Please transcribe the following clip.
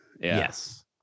Yes